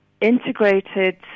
integrated